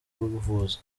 kwivuza